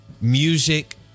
music